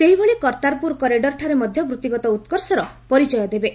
ସେହିଭଳି କର୍ତ୍ତାରପୁର କରିଡର ଠାରେ ମଧ୍ୟ ବୃତ୍ତିଗତ ଉତ୍କର୍ଷର ପରିଚୟ ଦେବେ